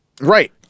Right